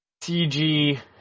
CG